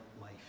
life